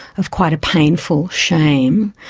of quite a painful shame,